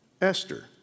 Esther